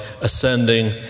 ascending